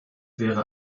wäre